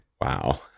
wow